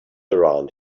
around